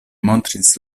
montris